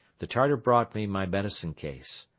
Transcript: the tartar brought me my medicine case.